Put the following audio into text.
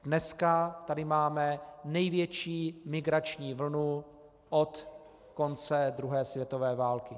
Dnes tady máme největší migrační vlnu od konce druhé světové války.